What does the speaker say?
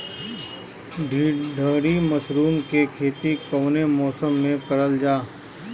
ढीघरी मशरूम के खेती कवने मौसम में करल जा?